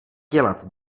dělat